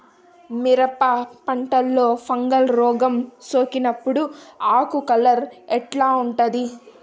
మిరప పంటలో ఫంగల్ రోగం సోకినప్పుడు ఆకు కలర్ ఎట్లా ఉంటుంది?